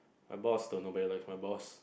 my boss don't know but he's like my boss